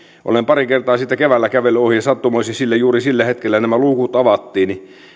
olen pari kertaa siitä keväällä kävellyt ohi ja sattumoisin juuri sillä hetkellä nämä luukut avattiin ja